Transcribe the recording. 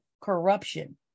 corruption